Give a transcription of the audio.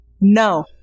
No